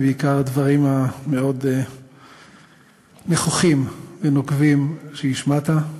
ובעיקר על הדברים המאוד נכוחים ונוקבים שהשמעת.